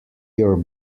your